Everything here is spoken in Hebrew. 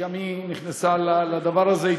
שגם היא נכנסה לדבר הזה.